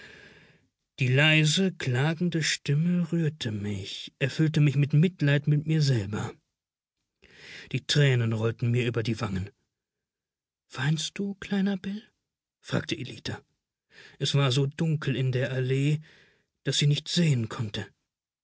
die leise klagende stimme rührte mich erfüllte mich mit mitleid mit mir selber die tränen rollten mir über die wangen weinst du kleiner bill fragte ellita es war so dunkel in der allee daß sie nicht sehen konnte